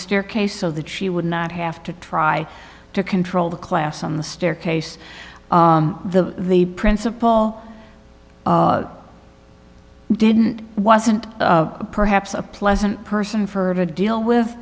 staircase so that she would not have to try to control the class on the staircase the the principal didn't wasn't perhaps a pleasant person for her to deal with